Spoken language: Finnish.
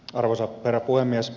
arvoisa herra puhemies